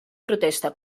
protesta